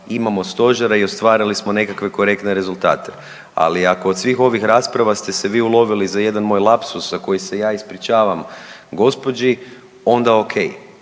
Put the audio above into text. imamo stožer jer stvarali smo nekakve korektne rezultate. Ali ako od svih ovih rasprava ste se vi ulovili za jedan moj lapsus za koji se ja ispričavam gospođi onda ok,